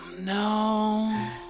No